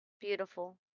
beautiful